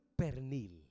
pernil